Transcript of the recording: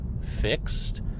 fixed